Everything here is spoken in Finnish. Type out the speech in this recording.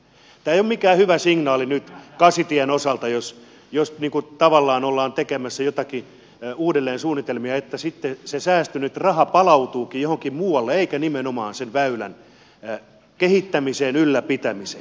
tämä ei ole mikään hyvä signaali nyt kasitien osalta jos tavallaan ollaan tekemässä jotakin uudelleensuunnitelmia että sitten se säästynyt raha palautuukin johonkin muualle eikä nimenomaan sen väylän kehittämiseen ylläpitämiseen